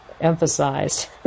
emphasized